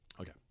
Okay